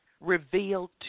revealed